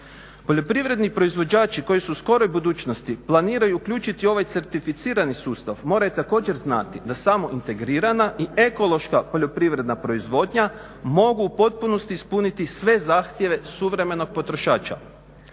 Poljoprivredni proizvođači koji su u skoroj budućnosti planiraju uključiti ovaj certificirani sustav moraju također znati da samo integrirana i ekološka poljoprivredna proizvodnja mogu u potpunosti ispuniti sve zahtjeve suvremenog potrošača.